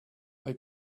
they